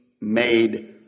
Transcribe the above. made